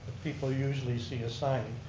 people usually see a sign.